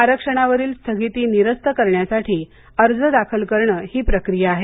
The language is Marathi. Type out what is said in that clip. आरक्षणावरील स्थगिती निरस्त करण्यासाठी अर्ज दाखल करणं ही प्रक्रिया आहे